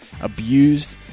abused